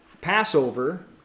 Passover